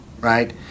right